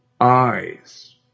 eyes